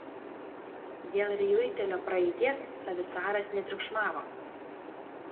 dėl riuitelio praeities savisaras netriukšmavo